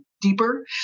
deeper